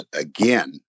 again